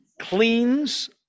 cleans